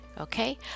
okay